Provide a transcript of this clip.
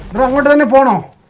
record and but